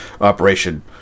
Operation